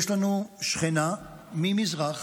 יש לנו שכנה ממזרח,